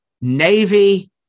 Navy